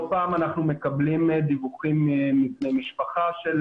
לא פעם אנחנו מקבלים דיווחים מבני משפחה של